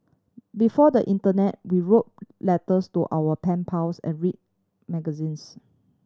before the internet we wrote letters to our pen pals and read magazines